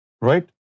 right